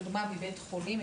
לדוגמא מבית חולים,